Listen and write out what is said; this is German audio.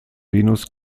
venus